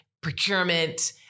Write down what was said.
procurement